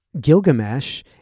Gilgamesh